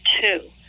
two